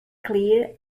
clear